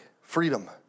freedom